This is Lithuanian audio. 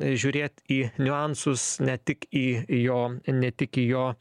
žiūrėt į niuansus ne tik į jo ne tik į jo